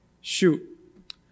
shoot